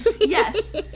yes